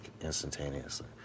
instantaneously